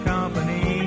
Company